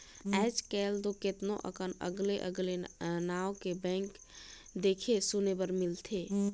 आयज कायल तो केतनो अकन अगले अगले नांव के बैंक देखे सुने बर मिलथे